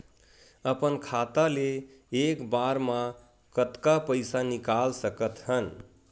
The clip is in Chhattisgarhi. अपन खाता ले एक बार मा कतका पईसा निकाल सकत हन?